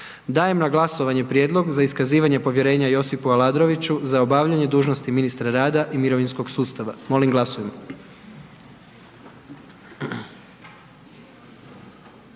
Dajem na glasovanje Prijedlog za iskazivanje povjerenja Josipu Aladroviću za obavljanje dužnosti ministra rada i mirovinskog sustava, molim glasujmo.